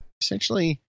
essentially